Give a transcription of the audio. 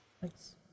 thanks